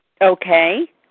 Okay